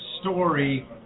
story